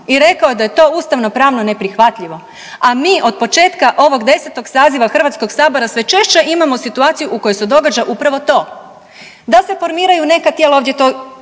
i rekao da je to ustavnopravno neprihvatljivo. A mi od početka ovog 10. saziva HS-a sve češće imamo situaciju u kojoj se događa upravo to. Da se formiraju neka tijela, ovdje je